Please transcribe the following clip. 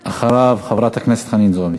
אחריו, חברת הכנסת חנין זועבי.